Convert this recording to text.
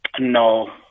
No